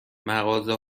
مغازه